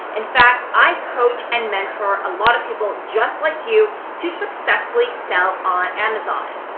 in fact, i coach and mentor a lot of people just like you to successfully sell on amazon.